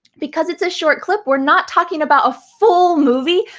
because it's a short clip we're not talking about a full movie,